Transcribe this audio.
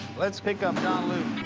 let's pick up john luke.